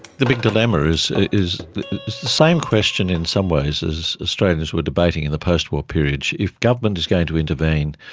the big dilemma is, it's the same question in some ways as australians were debating in the post-war period. if government is going to intervene,